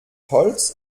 holz